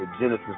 Genesis